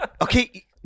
Okay